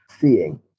seeing